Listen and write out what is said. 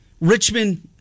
Richmond